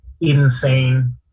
insane